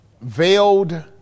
veiled